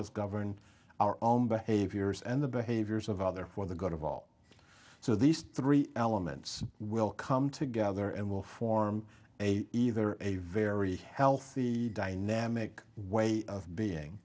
us govern our own behaviors and the behaviors of other for the good of all so these three elements will come together and will form a either a very healthy dynamic way of being